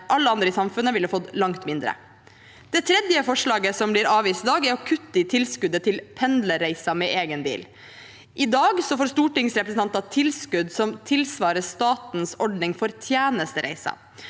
alle andre i samfunnet ville fått langt mindre. Det tredje forslaget som blir avvist i dag, er å kutte i tilskuddet til pendlerreiser med egen bil. I dag får stortingsrepresentanter tilskudd som tilsvarer statens ordning for tjenestereiser.